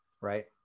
right